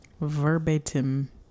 Verbatim